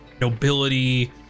nobility